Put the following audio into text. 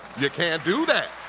you can't do that.